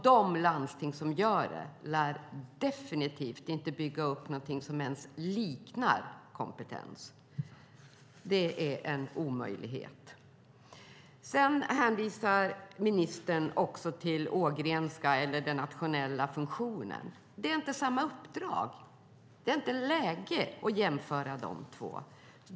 De landsting som gör det lär definitivt inte bygga upp någonting som ens liknar kompetens. Det är en omöjlighet. Ministern hänvisar också till den nationella funktionen under Ågrenska stiftelsen. Det är inte samma uppdrag. Det är inte läge att jämföra dessa två.